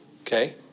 okay